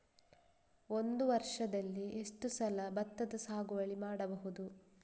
ಒಂದು ವರ್ಷದಲ್ಲಿ ಎಷ್ಟು ಸಲ ಭತ್ತದ ಸಾಗುವಳಿ ಮಾಡಬಹುದು?